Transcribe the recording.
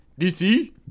DC